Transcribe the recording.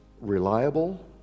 reliable